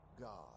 God